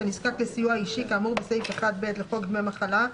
הנזקק לסיוע אישי כאמור בסעיף 1ב לחוק דמי מחלה,